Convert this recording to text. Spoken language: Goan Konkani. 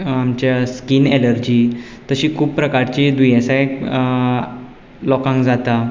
आमच्या स्कीन एलर्जी तशें खूब प्रकारची दुयेंसां लोकांक जाता